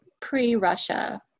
pre-Russia